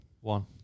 One